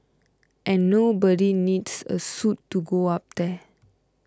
and nobody needs a suit to go up there